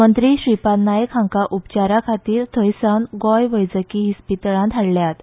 मंत्री श्रीपाद नाईक हांका उपचाराखातीर थंयसावन गोयांत गोंय वैजकी इस्पितळांत हाडल्यात